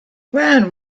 when